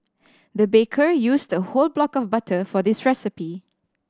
the baker used a whole block of butter for this recipe